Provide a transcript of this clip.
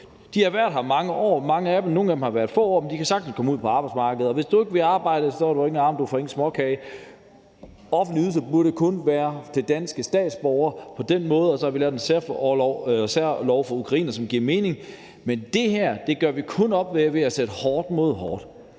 dem har været her i mange år, nogle af dem har været her i få år, men de kan sagtens komme ud på arbejdsmarkedet. Hvis du ikke vil arbejde, har du ingen arme, og så får du ingen småkage. Offentlige ydelser burde kun være til danske statsborgere på den måde, og så har vi lavet en særlov for ukrainerne, som giver mening. Men det her gør vi kun op med ved at sætte hårdt mod hårdt.